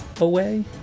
away